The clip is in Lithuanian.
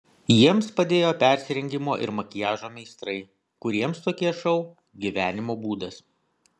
jiems padėjo persirengimo ir makiažo meistrai kuriems tokie šou gyvenimo būdas